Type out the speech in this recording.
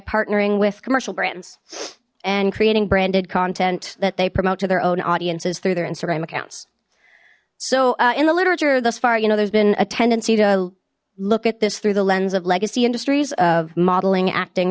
partnering with commercial brands and creating branded content that they promote to their own audiences through their instagram accounts so in the literature thus far you know there's been a tendency to look at this through the lens of legacy industries of modeling acting